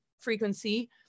frequency